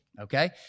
okay